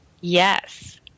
Yes